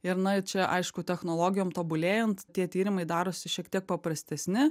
ir na ir čia aišku technologijom tobulėjant tie tyrimai darosi šiek tiek paprastesni